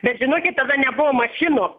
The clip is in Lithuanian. dar žinokit tada nebuvo mašinų